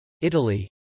Italy